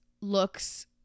looks